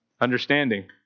Understanding